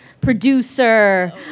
producer